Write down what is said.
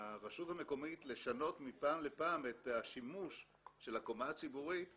המקומית תוכל לשנות מפעם לפעם את השימוש של הקומה הציבורית,